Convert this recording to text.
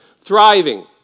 thriving